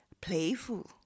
playful